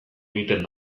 egiten